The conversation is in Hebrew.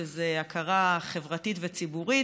שזה הכרה חברתית וציבורית,